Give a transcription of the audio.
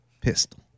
Pistol